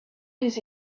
his